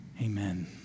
Amen